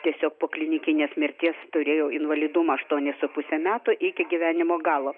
tiesiog po klinikinės mirties turėjau invalidumą aštuonis su puse metų iki gyvenimo galo